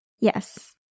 Yes